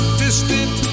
distant